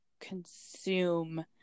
consume